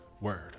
word